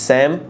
Sam